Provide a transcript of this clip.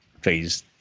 phase